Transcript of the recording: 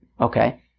Okay